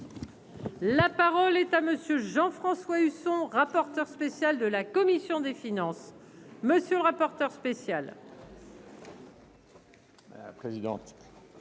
La parole est à monsieur Jean-François Husson, rapporteur spécial de la commission des finances, monsieur le rapporteur spécial. La présidente,